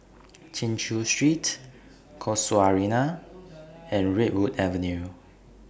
Chin Chew Street Casuarina and Redwood Avenue